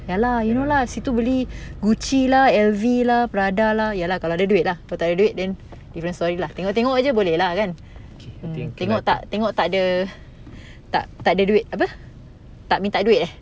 ya lah you know lah situ beli gucci lah L_V lah prada lah ya lah kalau ada duit lah kalau tak ada duit then different story lah tengok-tengok jer boleh lah kan tengok tak ada tak tak ada duit apa tak minta duit eh